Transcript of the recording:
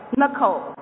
Nicole